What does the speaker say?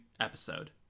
episode